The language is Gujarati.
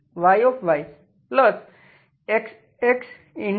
YXx